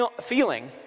feeling